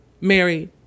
Mary